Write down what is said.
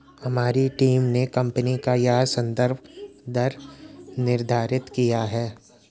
हमारी टीम ने कंपनी का यह संदर्भ दर निर्धारित किया है